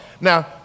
Now